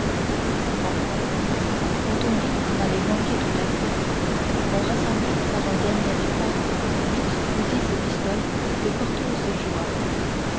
enfin quand on vit qu'on allait manquer tout à fait on rassembla par un dernier effort huit ou dix pistoles que porthos joua